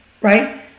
right